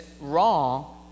wrong